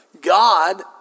God